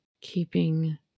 keeping